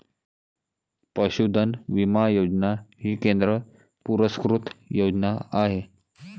पशुधन विमा योजना ही केंद्र पुरस्कृत योजना आहे